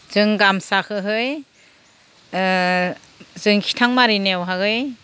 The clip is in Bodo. जों गामसाखोहै जों खिथांमारिनायावहाहै